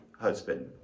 husband